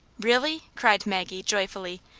really? cried maggie, joyfully.